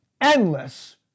endless